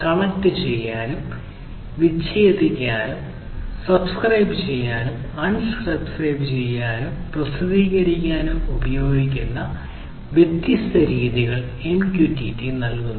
കണക്റ്റുചെയ്യാനും വിച്ഛേദിക്കാനും സബ്സ്ക്രൈബ് ചെയ്യാനും അൺസബ്സ്ക്രൈബ് ചെയ്യാനും പ്രസിദ്ധീകരിക്കാനും ഉപയോഗിക്കുന്ന വ്യത്യസ്ത രീതികൾ MQTT നൽകുന്നു